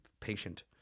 patient